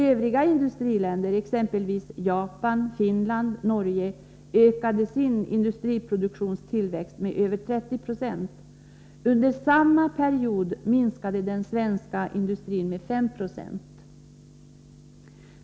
Övriga industriländer, exempelvis Japan, Finland och Norge, ökade sin industriproduktionstillväxt med över 30 20. Under samma period minskade den svenska industriproduktionen med 5 96.